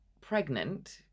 pregnant